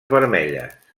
vermelles